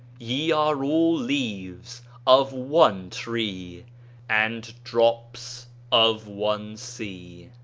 ye are all leaves of one tree and drops of one sea.